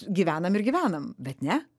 gyvenam ir gyvenam bet ne